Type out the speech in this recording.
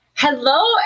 Hello